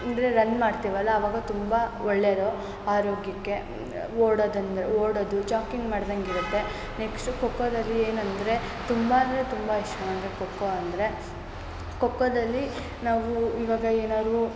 ಅಂದರೆ ರನ್ ಮಾಡ್ತೇವಲ್ಲ ಅವಾಗ ತುಂಬ ಒಳ್ಳೆಯದು ಆರೋಗ್ಯಕ್ಕೆ ಓಡೋದಂದರೆ ಓಡೋದು ಜಾಕಿಂಗ್ ಮಾಡಿದಂಗಿರುತ್ತೆ ನೆಕ್ಷ್ಟು ಖೋಖೋದಲ್ಲಿ ಏನಂದರೆ ತುಂಬ ಅಂದರೆ ತುಂಬ ಇಷ್ಟ ನನಗೆ ಖೋಖೋ ಅಂದರೆ ಖೋಖೋದಲ್ಲಿ ನಾವು ಇವಾಗ ಏನಾದ್ರೂ